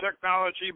technology